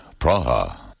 Praha